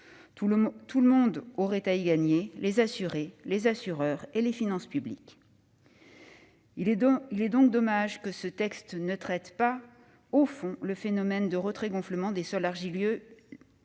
Tout le monde aurait à y gagner : les assurés, les assureurs et les finances publiques. Il est également dommage que ce texte ne traite pas sur le fond le phénomène du retrait-gonflement des sols argileux, lié à la